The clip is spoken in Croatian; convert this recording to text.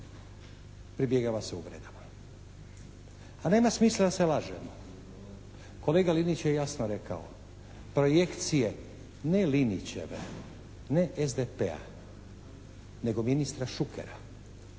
pribjegava se uvredama. A nema smisla da se lažemo. Kolega Linić je jasno rekao: Projekcije ne Linićeve, ne SDP-a nego ministra Šukera,